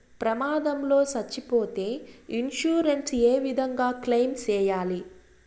ప్రమాదం లో సచ్చిపోతే ఇన్సూరెన్సు ఏ విధంగా క్లెయిమ్ సేయాలి?